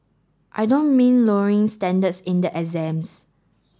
I don't mean lowering standards in the exams